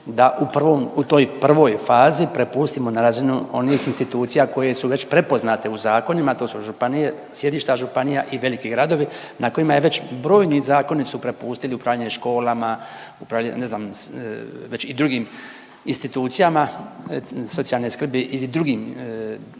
u toj prvoj fazi prepustimo na razinu onih institucija koje su već prepoznate u zakonima, a to su županije, sjedišta županije i veliki gradovi na kojima je već brojni zakoni su prepustili upravljanje školama, ne znam već i drugim institucijama socijalne skrbi i drugim vidovima